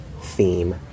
theme